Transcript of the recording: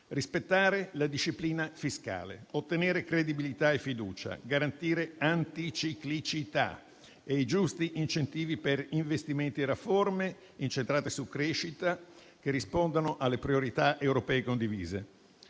rispettare la disciplina fiscale, ottenere credibilità e fiducia, garantire anticiclicità e i giusti incentivi per investimenti e riforme incentrate sulla crescita, che rispondano alle priorità europee condivise.